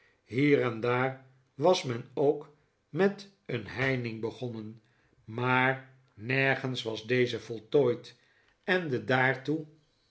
hier en daar was men ook met een heining begonnen maar nergens was deze voltooid en de daartoe